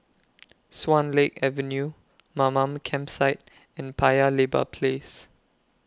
Swan Lake Avenue Mamam Campsite and Paya Lebar Place